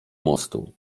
mostu